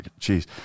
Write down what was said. Jeez